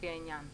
לפי העניין :